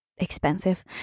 expensive